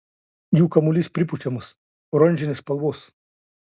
jų kamuolys pripučiamas oranžinės spalvos